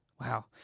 Wow